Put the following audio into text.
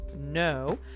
no